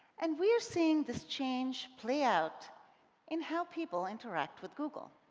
and we are seeing this change play out in how people interact with google.